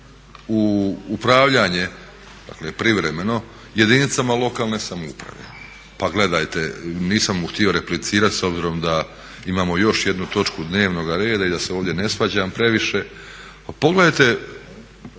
u upravljanje, dakle privremeno jedinicama lokalne samouprave. Pa gledajte, nisam mu htio replicirati s obzirom da imamo još jednu točku dnevnoga reda i da se ovdje ne svađam previše. Pa pogledajte